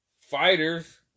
fighters